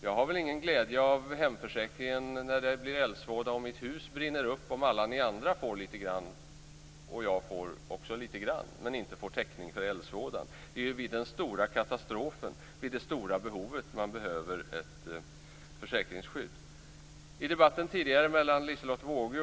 Jag har väl ingen glädje av hemförsäkringen om det blir eldsvåda och mitt hus brinner upp, om alla ni andra får litet grand och jag inte får täckning för eldsvådan. Det är ju vid den stora katastrofen, vid det stora behovet, som man behöver ett försäkringsskydd.